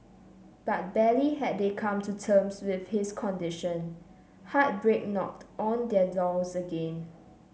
but barely had they come to terms with his condition heartbreak knocked on their doors again